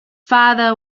father